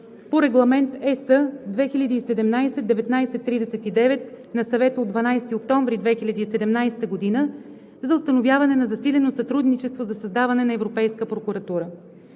по Регламент ЕС/2017/1939 на Съвета от 12 октомври 2017 г. за установяване на засилено сътрудничество за създаване на европейска прокуратура.